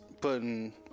putting